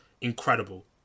incredible